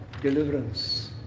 Deliverance